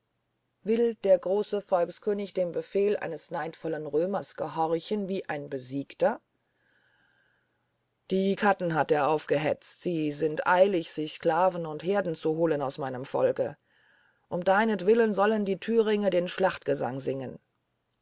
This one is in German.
will der große volkskönig dem befehl eines neidvollen römers gehorchen wie ein besiegter die katten hat er aufgehetzt sie sind eilig sich sklaven und herden zu holen aus meinem volke um deinetwillen sollen die thüringe den schlachtgesang singen